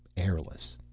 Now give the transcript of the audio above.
airless.